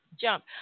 jump